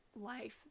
life